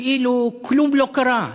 כאילו כלום לא קרה.